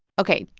ok.